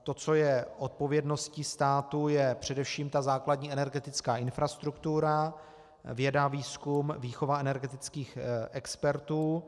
To, co je odpovědností státu, je především základní energetická infrastruktura, věda, výzkum, výchova energetických expertů.